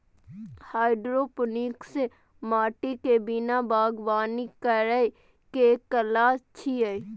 hydroponics माटि के बिना बागवानी करै के कला छियै